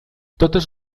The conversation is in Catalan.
totes